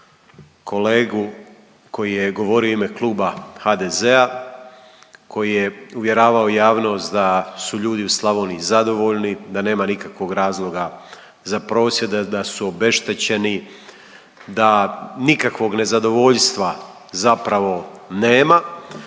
kolegu koji je govorio u ime Kluba HDZ-a, koji je uvjeravao javnost da su ljudi u Slavoniji zadovoljni, da nema nikakvog razloga za prosvjede da su obeštećeni, da nikakvog nezadovoljstva zapravo nema,